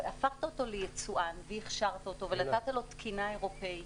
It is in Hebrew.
והפכת אותו ליצואן והכשרת אותו ונתת לו תקינה אירופית.